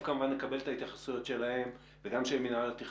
כמובן נקבל את ההתייחסויות שלהם וגם של מינהל התכנון.